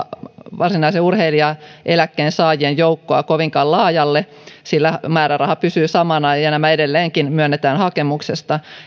varsinaisen urheilijaeläkkeen saajien joukkoa kovinkaan laajalle sillä määräraha pysyy samana ja ja nämä edelleenkin myönnetään hakemuksesta